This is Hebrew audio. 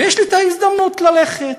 ויש לי הזדמנות ללכת.